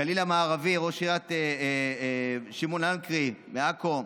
גליל מערבי, ראש העיר שמעון לנקרי מעכו,